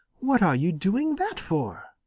what are you doing that for?